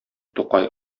тукай